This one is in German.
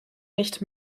nicht